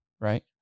right